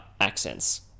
accents